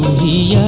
the